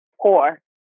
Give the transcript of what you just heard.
Poor